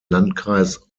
landkreis